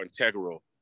integral